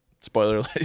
Spoiler